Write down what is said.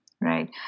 right